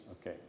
okay